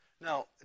Now